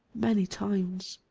many times.